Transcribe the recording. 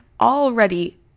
already